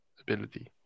ability